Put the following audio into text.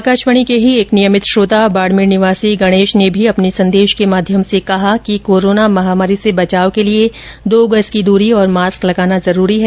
आकाशवाणी के ही एक नियमित श्रोता बाडमेर निवासी गणेश ने भी अपने संदेश के माध्यम से कहा है कि कोरोना महामारी से बचाव के लिए दो गज की दूरी और मास्क लगाना जरूरी है